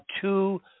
two